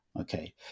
Okay